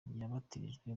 yabatijwe